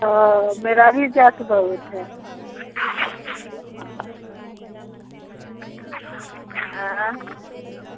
वह मेरा भी जात बहुत है